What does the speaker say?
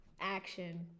Action